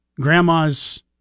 grandma's